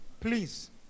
Please